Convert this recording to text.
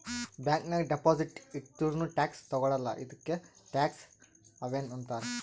bank ನಾಗ್ deposit ಇಟ್ಟುರ್ನೂ tax ತಗೊಳಲ್ಲ ಇದ್ದುಕೆ ಟ್ಯಾಕ್ಸ್ ಹವೆನ್ ಅಂತಾರ್